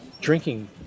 drinking